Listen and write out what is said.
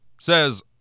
Says